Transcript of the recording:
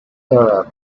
arab